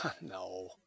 No